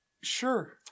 Sure